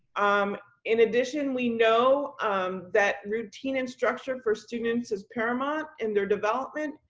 um in addition, we know um that routine and structure for students is paramount in their development,